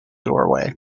doorway